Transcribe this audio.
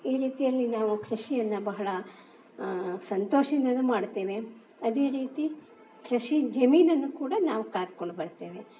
ಈ ರೀತಿಯಲ್ಲಿ ನಾವು ಕೃಷಿಯನ್ನು ಬಹಳ ಸಂತೋಷದಿಂದ ಮಾಡುತ್ತೇವೆ ಅದೇ ರೀತಿ ಕೃಷಿ ಜಮೀನನ್ನು ಕೂಡ ನಾವು ಕಾದ್ಕೊಂಡು ಬರ್ತೇವೆ